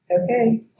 Okay